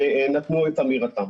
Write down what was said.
נתנו את אמירתם.